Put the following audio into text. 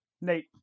Nate